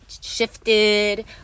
shifted